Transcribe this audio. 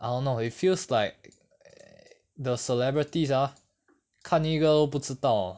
I don't know it feels like the celebrities ah 看一个都不知道